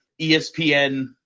ESPN